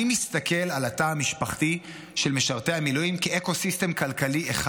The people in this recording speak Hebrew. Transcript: אני מסתכל על התא המשפחתי של משרתי המילואים כאקו-סיסטם כלכלי אחד.